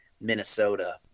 Minnesota